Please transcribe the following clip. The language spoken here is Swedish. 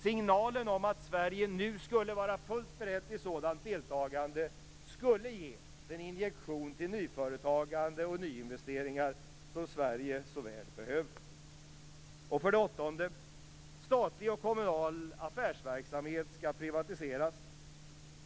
Signalen om att Sverige nu var fullt berett till ett sådant deltagande skulle ge den injektion till nyföretagande och nyinvesteringar som Sverige så väl behöver. För det åttonde skall statlig och kommunal affärsverksamhet privatiseras.